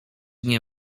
nie